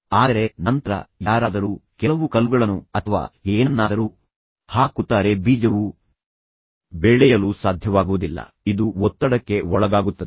ಆದರೆ ನಂತರ ಯಾರಾದರೂ ಕೆಲವು ಕಲ್ಲುಗಳನ್ನು ಅಥವಾ ಏನನ್ನಾದರೂ ಹಾಕುತ್ತಾರೆ ಬೀಜವು ಬೆಳೆಯಲು ಸಾಧ್ಯವಾಗುವುದಿಲ್ಲ ಇದು ಒತ್ತಡಕ್ಕೆ ಒಳಗಾಗುತ್ತದೆ